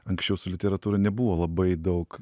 anksčiau su literatūra nebuvo labai daug